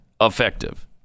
effective